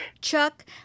Chuck